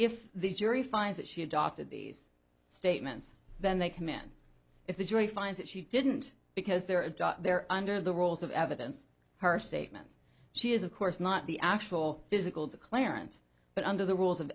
if the jury finds that she adopted these statements then they can men if the jury finds that she didn't because they're there under the rules of evidence her statements she is of course not the actual physical declarant but under the rules of